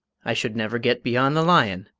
i should never get beyond the lion!